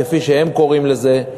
כפי שהם קוראים לזה,